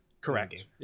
Correct